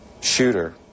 shooter